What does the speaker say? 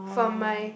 from my